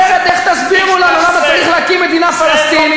אחרת איך תסבירו לנו למה צריך להקים מדינה פלסטינית?